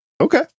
Okay